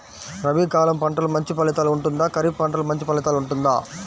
రబీ కాలం పంటలు మంచి ఫలితాలు ఉంటుందా? ఖరీఫ్ పంటలు మంచి ఫలితాలు ఉంటుందా?